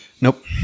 Nope